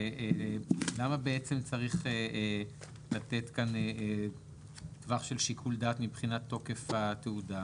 למה צריך לתת כאן טווח של שיקול דעת מבחינת תוקף התעודה?